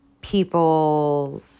people